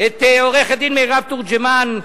את עורכת-הדין מירב תורג'מן,